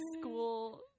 School